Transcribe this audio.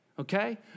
Okay